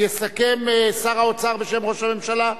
יסכם שר האוצר בשם ראש הממשלה.